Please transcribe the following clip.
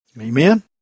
Amen